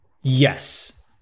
Yes